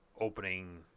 opening